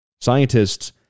Scientists